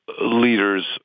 leaders